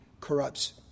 corrupts